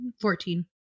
Fourteen